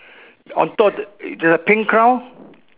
on top the there's a pink crown